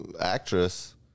actress